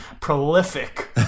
Prolific